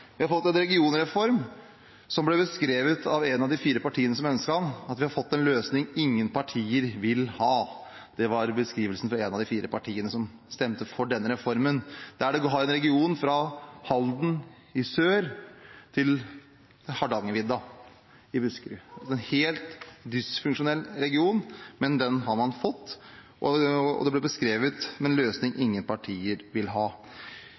Vi har fått en regionreform som ble beskrevet slik av et av de fire partiene som ønsket den, at vi har fått en løsning ingen partier vil ha. Det var beskrivelsen fra et av de fire partiene som stemte for denne reformen, der du har en region fra Halden i sør til Hardangervidda i Buskerud. Det er en helt dysfunksjonell region, men den har man fått, og det ble beskrevet som en løsning ingen partier vil ha.